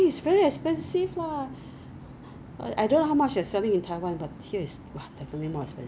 !yeah! that's what A&W did lor it there's no ice no ice so the mug is chilled